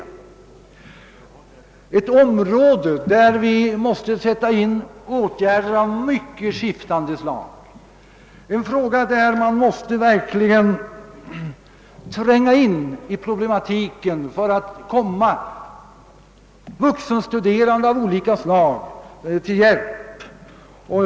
Det gäller ett område där vi måste vidta åtgärder av mycket skiftande slag och där det verkligen är nödvändigt att tränga in i problematiken för att kunna komma vuxenstuderande av olika slag till hjälp.